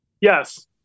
yes